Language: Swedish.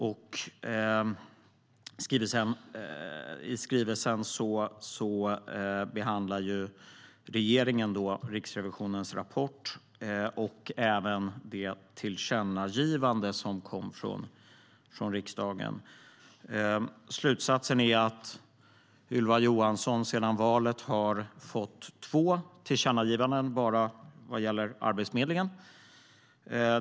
I skrivelsen behandlar regeringen Riksrevisionens rapport och även det tillkännagivande som kom från riksdagen. Slutsatsen är att Ylva Johansson sedan valet har fått två tillkännagivanden enbart vad gäller Arbetsförmedlingen.